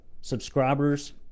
subscribers